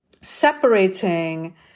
separating